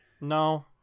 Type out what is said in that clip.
No